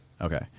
Okay